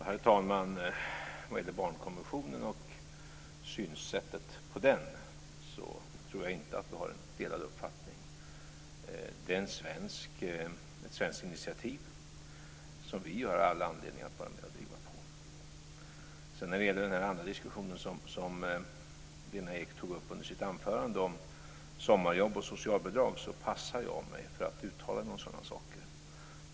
Herr talman! Vad det gäller barnkonventionen och sättet att se på den tror jag inte att vi har en delad uppfattning. Det är ett svenskt initiativ som vi har all anledning att vara med och driva på. När det sedan gäller den diskussion som Lena Ek tog upp under sitt anförande om sommarjobb och socialbidrag passar jag mig för att uttala mig om sådana saker.